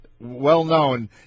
well-known